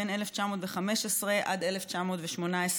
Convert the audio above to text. מ-1915 עד 1919 1918,